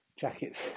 jackets